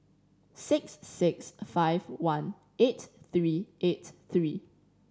six six five one eight three eight three